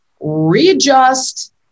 readjust